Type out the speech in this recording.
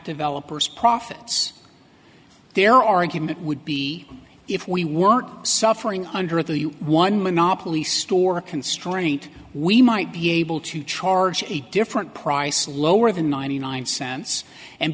developers profits their argument would be if we were suffering under the one monopoly store constraint we might be able to charge a different price lower than ninety nine cents and